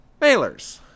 mailers